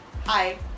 hi